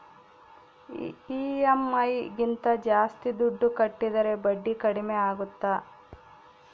EMI ಗಿಂತ ಜಾಸ್ತಿ ದುಡ್ಡು ಕಟ್ಟಿದರೆ ಬಡ್ಡಿ ಕಡಿಮೆ ಆಗುತ್ತಾ?